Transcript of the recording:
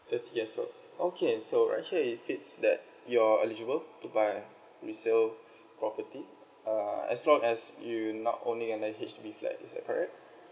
thirty years old okay so right here it fits that you're eligible to buy a resale property uh as long as you not owning any H_D_B flat is that correct